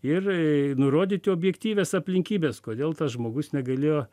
ir nurodyti objektyvias aplinkybes kodėl tas žmogus negalėjo